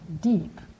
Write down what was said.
deep